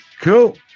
cool